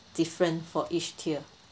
difference for each tier